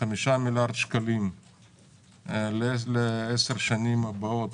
5 מיליארד שקלים לעשר השנים הבאות,